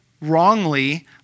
wrongly